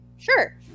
Sure